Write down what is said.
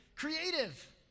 Creative